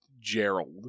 Gerald